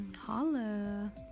holla